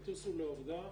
יטוסו לעובדה,